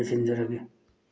ꯂꯣꯏꯁꯤꯟꯖꯔꯒꯦ